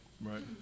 right